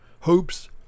hopes